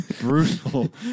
brutal